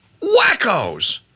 wackos